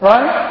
Right